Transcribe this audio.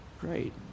great